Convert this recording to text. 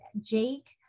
Jake